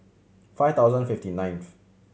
five thousand fifty ninth